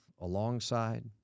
alongside